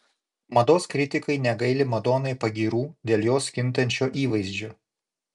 mados kritikai negaili madonai pagyrų dėl jos kintančio įvaizdžio